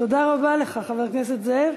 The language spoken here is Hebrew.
תודה רבה לך, חבר הכנסת זאב.